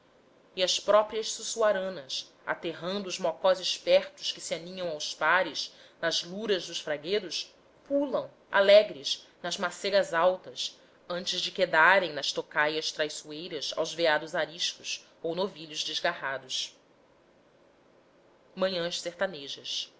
e as próprias suçuaranas aterrando os mocós espertos que se aninham aos pares nas luras dos fraguedos pulam alegres nas macegas altas antes de quedarem nas tocaias traiçoeiras aos veados ariscos ou novilhos desgarrados manhãs sertanejas